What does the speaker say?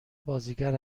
بازیگر